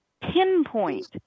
pinpoint